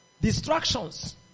distractions